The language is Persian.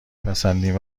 پسندین